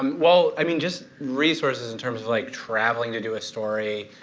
um well, i mean, just resources, in terms of like traveling to do a story,